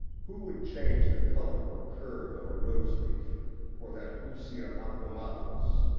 who would change the colour or curve of a rose-leaf for that ousia akhromatos,